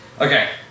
Okay